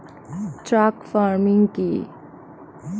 Truck farming কি?